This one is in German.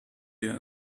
der